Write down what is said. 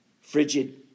frigid